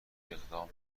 اقدام